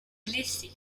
blessé